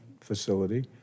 facility